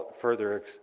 further